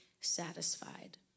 satisfied